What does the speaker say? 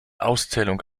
auszählung